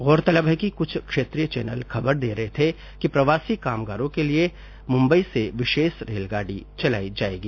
गौरतलब है कि कृछ क्षेत्रीय चैनल खबर दे रहे थे कि प्रवासी कामगारों के लिए मुम्बई से विशेष रेलगाडी चलाई जाएगी